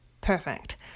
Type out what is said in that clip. perfect